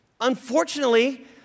Unfortunately